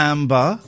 Amber